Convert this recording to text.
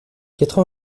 quatre